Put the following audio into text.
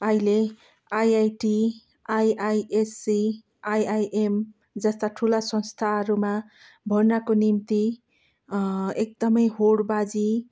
अहिले IIT IISc IIM जस्ता ठुला संस्थाहरूमा भर्नाको निम्ति एकदमै होडबाजी